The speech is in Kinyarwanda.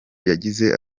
yagize